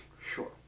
Sure